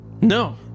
No